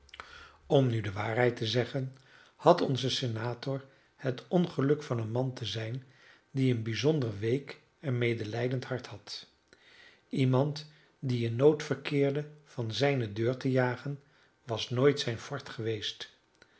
om nu de waarheid te zeggen had onze senator het ongeluk van een man te zijn die een bijzonder week en medelijdend hart had iemand die in nood verkeerde van zijne deur te jagen was nooit zijn fort geweest